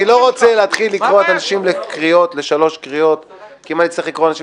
אני לא רוצה לקרוא אנשים לשלוש קריאות כי אם אני אצטרך לקרוא אנשים